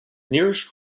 nearest